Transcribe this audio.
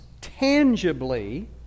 tangibly